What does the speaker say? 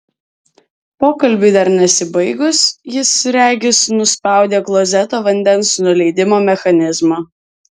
pokalbiui dar nesibaigus jis regis nuspaudė klozeto vandens nuleidimo mechanizmą